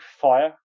fire